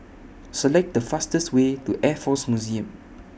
Select The fastest Way to Air Force Museum